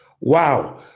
Wow